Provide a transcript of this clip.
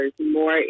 more